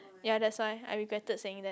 ya that's why I regretted saying that